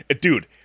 dude